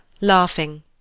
laughing